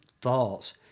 thoughts